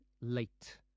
late